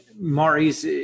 maurice